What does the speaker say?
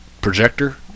projector